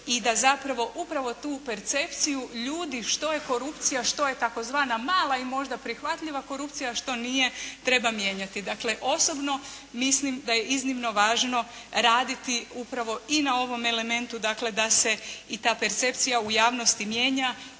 i da zapravo upravo tu percepciju ljudi, što je korupcija, što je tzv. mala i možda prihvatljiva korupcija, a što nije, treba mijenjati. Dakle, osobno mislim da je iznimno važno raditi upravo i na ovom elementu, dakle da se i ta percepcija u javnosti mijenja